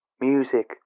music